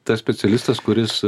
tas specialistas kuris